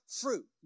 fruit